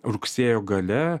rugsėjo gale